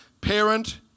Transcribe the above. parent